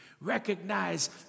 Recognize